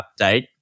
update